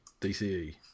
DCE